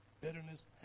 bitterness